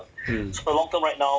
mm